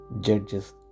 Judges